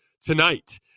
tonight